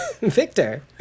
Victor